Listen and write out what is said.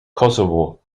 kosovo